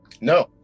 No